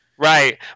Right